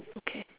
okay